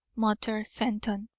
muttered fenton.